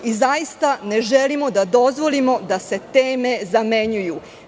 Zaista ne želimo da dozvolimo da se teme zamenjuju.